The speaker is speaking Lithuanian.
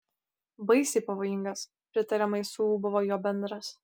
baisiai pavojingas pritariamai suūbavo jo bendras